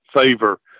favor